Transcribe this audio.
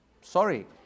Sorry